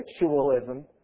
ritualism